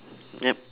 yup